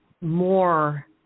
more